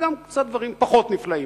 וגם קצת דברים פחות נפלאים,